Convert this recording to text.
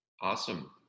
awesome